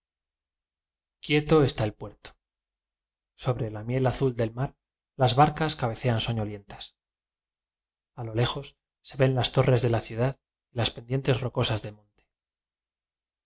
uieto está el puerto sobre la miel azul del mar las barcas cabecean soñolientas a lo lejos se ven las torres de la ciudad y las pendientes rocosas de monte